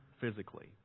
physically